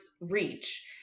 reach